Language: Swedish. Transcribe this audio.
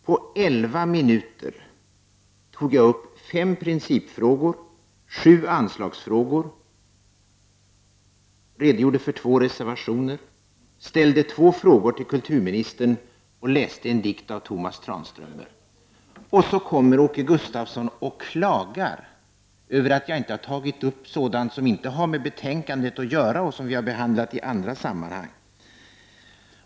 På elva minuter tog jag upp fem principfrågor, sju anslagsfrågor, redogjorde för två reservationer, ställde två frågor till kulturministern och läste en dikt av Tomas Tranströmer. Och så kommer Åke Gustavsson och klagar över att jag inte har tagit upp sådant som inte har med betänkandet att göra och som vi har behandlat i andra sammanhang.